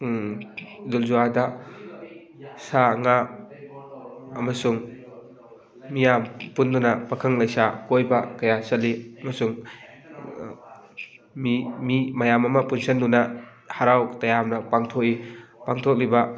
ꯏꯗꯨꯜ ꯖꯨꯍꯥꯗ ꯁꯥ ꯉꯥ ꯑꯃꯁꯨꯡ ꯃꯤꯌꯥꯝ ꯄꯨꯟꯗꯨꯅ ꯄꯥꯈꯪ ꯂꯩꯁꯥ ꯀꯣꯏꯕ ꯀꯌꯥ ꯆꯠꯂꯤ ꯑꯃꯁꯨꯡ ꯃꯤ ꯃꯤ ꯃꯌꯥꯝ ꯑꯃ ꯄꯨꯟꯁꯤꯟꯗꯨꯅ ꯍꯔꯥꯎ ꯇꯌꯥꯝꯅ ꯄꯥꯡꯊꯣꯛꯏ ꯄꯥꯡꯊꯣꯛꯂꯤꯕ